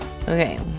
Okay